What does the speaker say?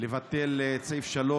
לבטל את סעיף 3,